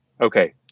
Okay